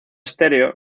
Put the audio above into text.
stereo